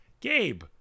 Gabe